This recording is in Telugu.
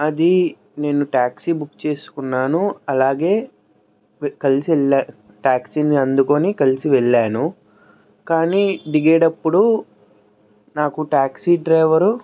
అది నేను ట్యాక్సీ బుక్ చేసుకున్నానూ అలాగే కలిసి వెళ్ళా ట్యాక్సీని అందుకని కలిసి వెళ్ళాను కానీ దిగేటప్పుడు నాకు ట్యాక్సీ డ్రైవరు